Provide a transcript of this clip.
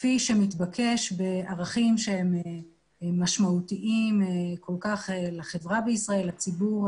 כפי שמתבקש בערכים שהם משמעותיים כל כך לחברה בישראל,